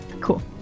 cool